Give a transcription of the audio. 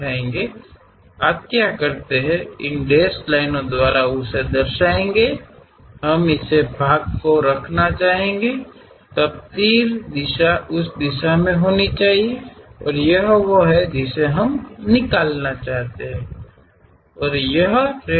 ನೀವು ಏನು ಮಾಡುತ್ತೀರಿ ಈ ಡ್ಯಾಶ್ ಮಾಡಿದ ರೇಖೆಗಳಿಂದ ನಿರೂಪಿಸಲಾಗಿದೆ ನಾವು ಇದನ್ನು ಉಳಿಸಿಕೊಳ್ಳಲು ಬಯಸುತ್ತೇವೆ ನಂತರ ಬಾಣದ ದಿಕ್ಕು ಆ ದಿಕ್ಕಿನಲ್ಲಿರಬೇಕು ಮತ್ತು ಇದು ನಾವು ತೆಗೆದುಹಾಕಲು ಬಯಸುತ್ತೇವೆ